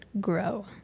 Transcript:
grow